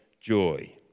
joy